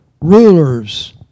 rulers